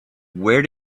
where